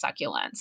succulents